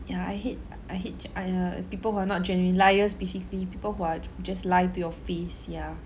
ya I hate I hate I uh people who are not genuine liars basically people who are just lie to your face ya